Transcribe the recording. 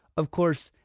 of course,